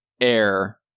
air